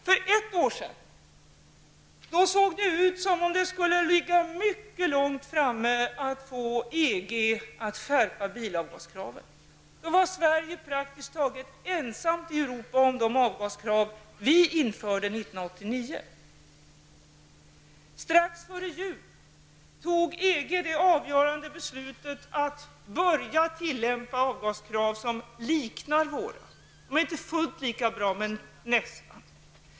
För ett år sedan såg det ut som om det skulle ta mycket lång tid att för EG att skärpa bilavgaskraven. Då var Sverige praktiskt taget ensamt i Europa om de avgaskrav som vi införde 1989. Strax före jul fattade EG det avgörande beslutet att börja tillämpa avgaskrav som liknar våra. De är inte fullt lika bra, men nästan.